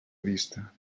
vista